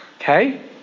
Okay